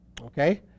Okay